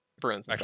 bruins